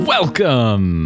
Welcome